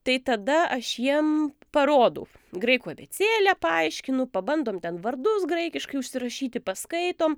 tai tada aš jiem parodau graikų abėcėlę paaiškinu pabandom ten vardus graikiškai užsirašyti paskaitom